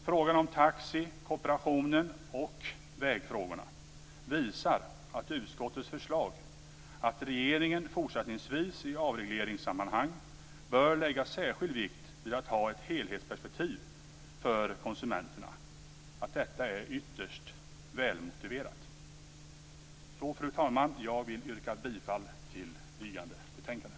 Frågorna om taxi och kooperationen samt vägfrågorna visar att utskottets förslag om att regeringen fortsättningsvis i avregleringssammanhang bör lägga särskild vikt vid helhetsperspektivet för konsumenterna är ytterst välmotiverat. Fru talman! Jag yrkar bifall till utskottets hemställan.